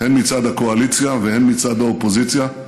הן מצד הקואליציה והן מצד האופוזיציה.